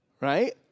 right